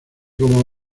como